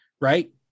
right